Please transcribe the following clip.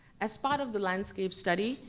as part of the landscape study,